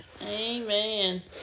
Amen